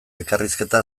elkarrizketa